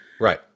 Right